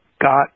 got